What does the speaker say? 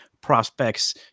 prospects